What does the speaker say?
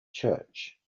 church